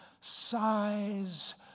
Sighs